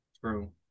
True